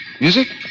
Music